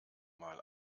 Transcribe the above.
mal